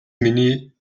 миний